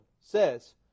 says